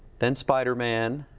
then spider-man,